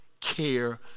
care